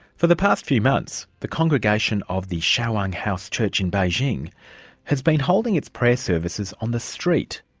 for the past few months the congregation of the shouwang house church in beijing has been holding its prayer services on the street.